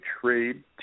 trade